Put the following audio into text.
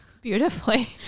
beautifully